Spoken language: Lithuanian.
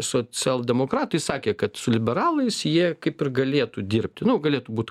socialdemokratai sakė kad su liberalais jie kaip ir galėtų dirbti nu galėtų būt